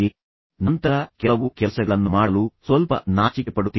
ತದನಂತರ ನೀವು ಕೆಲವು ಕೆಲಸಗಳನ್ನು ಮಾಡಲು ಸ್ವಲ್ಪ ನಾಚಿಕೆಪಡುತ್ತೀರಿ